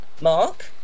Mark